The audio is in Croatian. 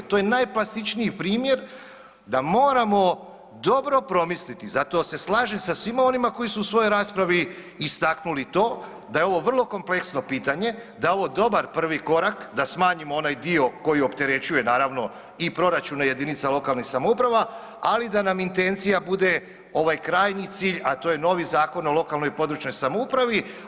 To je najplastičniji primjer da moramo dobro promisliti zato se slažem sa svima onima koji su u svojoj raspravi istaknuli to, da je ovo vrlo kompleksno pitanje, da je ovo dobar prvi korak da smanjimo onaj dio koji opterećuje naravno i proračune jedinica lokalnih samouprava ali da nam intencija bude ovaj krajnji cilj, a to je novi Zakon o lokalnoj i područnoj samoupravi.